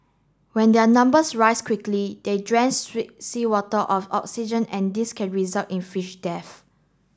when their numbers rise quickly they drain sweet seawater of oxygen and this can result in fish death